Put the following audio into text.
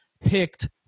picked